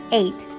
eight